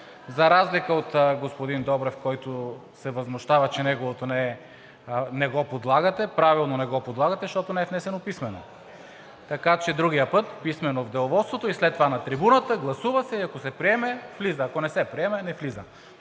За разлика от господин Добрев, който се възмущава, че неговото не го подлагате – правилно не го подлагате, защото не е внесено писмено. Така че другия път писмено в Деловодството и след това на трибуната, гласува се, и ако се приеме – влиза, ако не се приеме – не влиза.